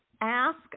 ask